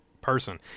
person